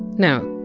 now,